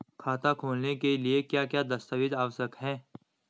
खाता खोलने के लिए क्या क्या दस्तावेज़ आवश्यक हैं?